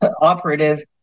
operative